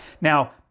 Now